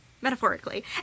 Metaphorically